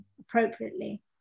appropriately